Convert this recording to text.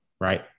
right